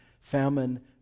famine